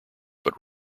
but